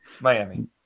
Miami